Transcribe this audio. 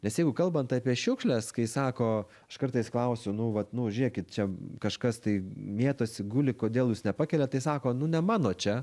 nes jeigu kalbant apie šiukšles kai sako aš kartais klausiu nu vat nu žiūrėkit čia kažkas tai mėtosi guli kodėl jūs nepakeliat tai sako nu ne mano čia